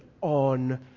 on